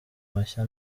mashya